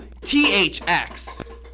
THX